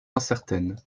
incertaine